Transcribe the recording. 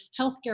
healthcare